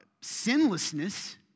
sinlessness